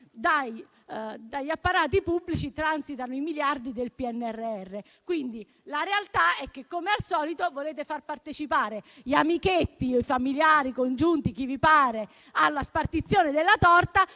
dagli apparati pubblici transitano i miliardi del PNRR. Quindi, la realtà è che, come al solito, volete far partecipare gli amichetti, familiari, congiunti o chi vi pare alla spartizione della torta